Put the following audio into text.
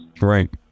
Right